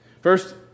First